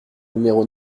numéro